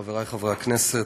חברי חברי הכנסת,